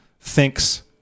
thinks